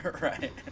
Right